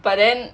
but then